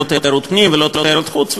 לא תיירות פנים ולא תיירות חוץ,